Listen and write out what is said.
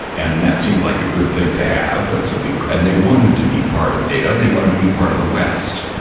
and that seemed like a good thing to have and so. and and they wanted to be part of nato and they wanted to be part of the west.